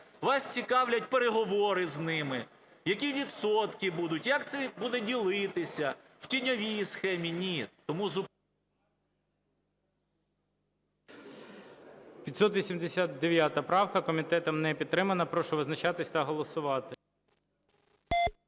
Вас цікавлять переговори з ними, які відмотки будуть, як це буде ділитися: в тіньовій схемі, ні.